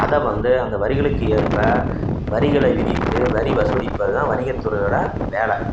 அதை வந்து அந்த வரிகளுக்கு ஏற்ப வரிகளை விதித்து வரி வசூலிப்பது தான் வணிகத்துறையோடய வேலை